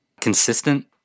consistent